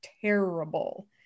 terrible